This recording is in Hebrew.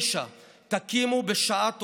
9. תקימו, בשעה טובה,